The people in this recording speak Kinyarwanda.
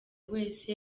wese